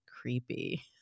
creepy